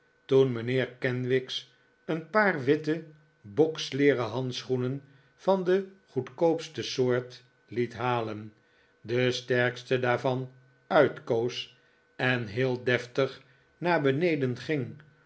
toen mijnheer kenwigs een paar witte boksleeren handschoenen van de goedkoopste soort liet halen de sterkste daarvan uitkoos en heel deftig naar beneden ging